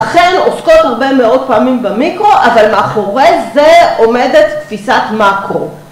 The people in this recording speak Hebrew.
‫לכן עוסקות הרבה מאוד פעמים במיקרו, ‫אבל מאחורי זה עומדת תפיסת מקרו.